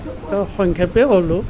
বৰ সংক্ষেপে ক'লোঁ